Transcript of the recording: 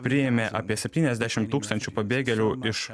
priėmė apie septyniasdešim tūkstančių pabėgėlių iš